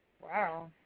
Wow